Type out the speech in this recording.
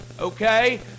okay